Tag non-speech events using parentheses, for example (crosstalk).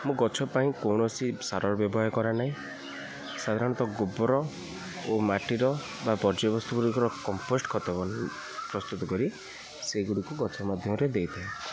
ମୁଁ ଗଛ ପାଇଁ କୌଣସି ସାରର ବ୍ୟବହାର କରେନାହିଁ ସାଧାରଣତଃ ଗୋବର ଓ ମାଟିର ବା ବର୍ଜ୍ୟବସ୍ତୁଗୁଡ଼ିକର କମ୍ପୋଷ୍ଟ ଖତ (unintelligible) ପ୍ରସ୍ତୁତ କରି ସେଗୁଡ଼ିକୁ ଗଛ ମାଧ୍ୟମରେ ଦେଇଥାଏ